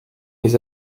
les